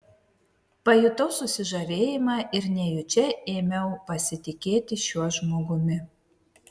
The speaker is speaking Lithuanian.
pajutau susižavėjimą ir nejučia ėmiau pasitikėti šiuo žmogumi